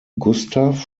gustav